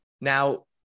now